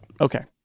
Okay